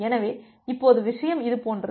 எனவே இப்போது விஷயம் இது போன்றது